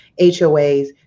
HOAs